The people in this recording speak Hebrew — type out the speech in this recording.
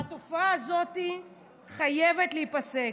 התופעה הזאת חייבת להיפסק.